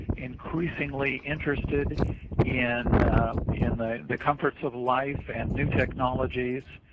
increasingly interested in in the the comforts of life and new technologies